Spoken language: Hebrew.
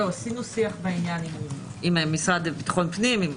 עשינו שיח בעניין עם המשרד לביטחון פנים.